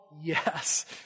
Yes